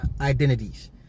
identities